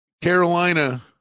Carolina